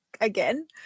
Again